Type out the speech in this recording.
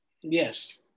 Yes